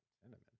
cinnamon